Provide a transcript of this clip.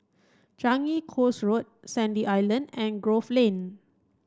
Changi Coast Road Sandy Island and Grove Lane